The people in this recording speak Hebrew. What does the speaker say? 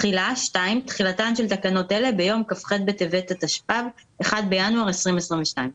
תחילה תחילתן של תקנות אלה ביום כ"ח בטבת התשפ"ב (1 בינואר 2022)."